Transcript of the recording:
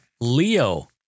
Leo